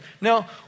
Now